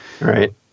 Right